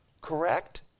correct